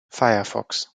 firefox